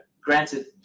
granted